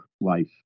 life